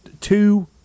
two